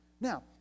Now